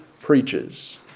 preaches